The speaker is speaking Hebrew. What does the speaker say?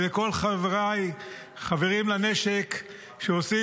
ולכל חברי אחים לנשק,